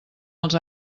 els